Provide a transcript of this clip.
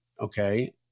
okay